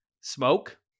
smoke